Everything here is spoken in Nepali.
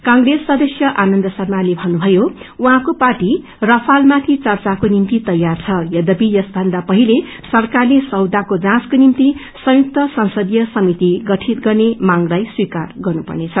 कांग्रेस सदस्य आनन्द शार्माले भन्नुभयो उहाँको पार्टी रफालमाथि चर्चाको निमित तैयार छ यद्यपि यसभन्दा पहिले सरकारले सौदाको जाँचको निश्वि संयुक्त संसदीय समिति सठित गर्ने मांगलाई स्वीकार गर्न पर्नेछ